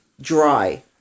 dry